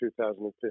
2015